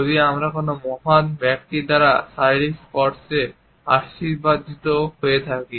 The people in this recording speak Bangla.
যদি আমরা কোন মহান ব্যক্তির দ্বারা শারীরিক স্পর্শে আশীর্বাদিত হয়ে থাকি